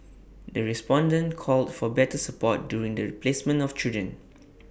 the respondents called for better support during the placement of children